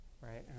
right